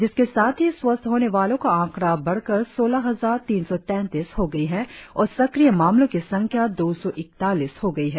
जिसके साथ ही स्वस्थ होने वालो का आकड़ा बढ़कर सौलह हजार तीन सौ तैंतीस हो गई है और सक्रिय मामलो की संख्या दो सौ इकतालीस हो गई है